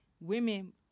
women